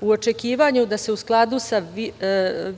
u očekivanju da se u skladu sa